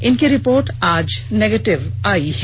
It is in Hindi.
इनकी रिपोर्ट आज निगेटिव आई है